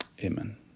Amen